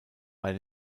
bei